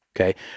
okay